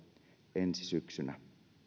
ensi syksynä